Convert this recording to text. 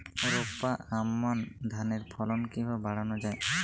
রোপা আমন ধানের ফলন কিভাবে বাড়ানো যায়?